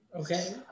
Okay